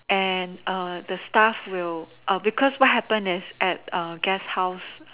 and err the staff will err because what happen is at guest house